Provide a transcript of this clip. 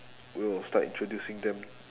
we will start introducing them